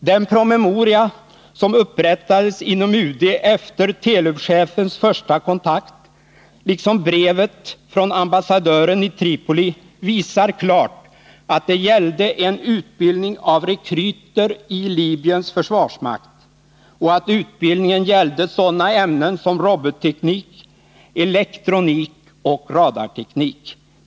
Den promemoria som upprättades inom UD efter Telub-chefens första kontakt liksom brevet från ambassadören i Tripoli visar klart att det gällde en utbildning av rekryter i Libyens försvarsmakt och att utbildningen gällde sådana ämnen som robotteknik, elektronik och radarteknik.